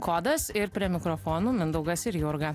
kodas ir prie mikrofonų mindaugas ir jurga